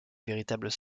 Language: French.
véritables